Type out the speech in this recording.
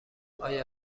آیا